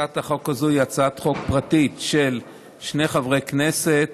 הצעת החוק הזאת היא הצעת חוק פרטית של שני חברי כנסת,